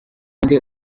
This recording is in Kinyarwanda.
nde